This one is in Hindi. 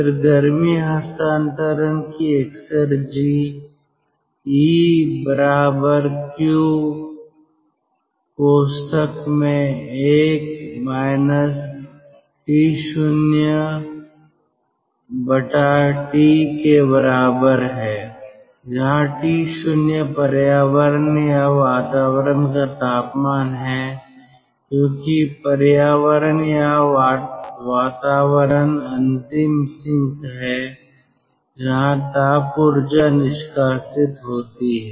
फिर गर्मी हस्तांतरण की एक्सेरजी 𝐸 𝑄 1 − 𝑇0T के बराबर है जहां T0 पर्यावरण या वातावरण का तापमान है क्योंकि पर्यावरण या वातावरण अंतिम सिंक है जहां ताप ऊर्जा निष्कासित होती है